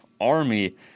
Army